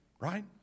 right